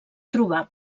trobar